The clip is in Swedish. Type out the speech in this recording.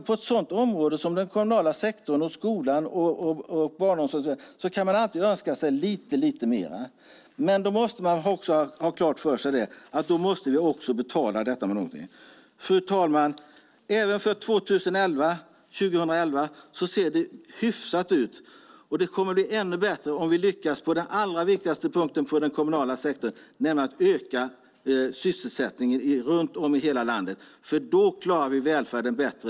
På ett sådant område som den kommunala sektorn med skola, barnomsorg och så vidare kan man alltid önska sig lite mer. Man måste ha klart för sig att man också måste betala. Fru talman! Även för 2011 ser det hyfsat ut. Det kommer att bli ännu bättre om vi lyckas på det viktigaste området inom den kommunala sektorn, nämligen att öka sysselsättningen i hela landet. Då klarar vi välfärden bättre.